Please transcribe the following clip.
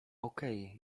okej